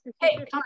Hey